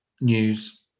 news